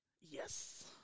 Yes